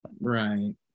right